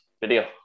video